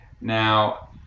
Now